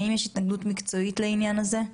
האם יש התנגדות מקצועית לעניין הזה?